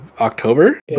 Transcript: October